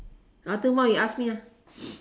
oh two more you ask me ah